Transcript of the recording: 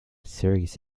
serious